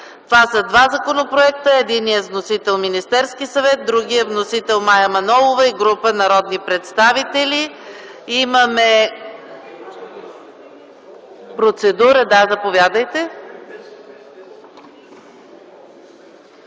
Това са два законопроекта – единият е с вносител Министерския съвет, а вносител на другия е Мая Манолова и група народни представители. Имаме процедура – заповядайте.